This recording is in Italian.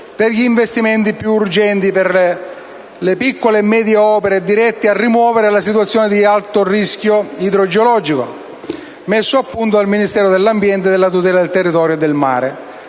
per gli investimenti più urgenti per le piccole e medie opere dirette a rimuovere le situazioni di alto rischio idrogeologico, messo a punto dal Ministero dell'ambiente e della tutela del territorio e del mare;